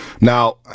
Now